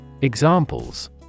Examples